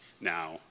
now